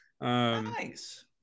nice